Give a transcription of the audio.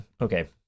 Okay